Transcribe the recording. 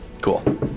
Cool